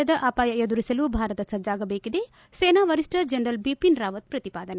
cyber ವಲಯದ ಅಪಾಯ ಎದುರಿಸಲು ಭಾರತ ಸಜ್ಲಾಗದೇಕಿದೆ ಸೇನಾವರಿಷ್ನ ಜನರಲ್ ಬಿಪಿನ್ ರಾವತ್ ಪ್ರತಿಪಾದನೆ